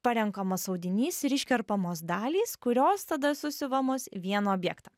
parenkamas audinys ir iškerpamos dalys kurios tada susiuvamos į vieną objektą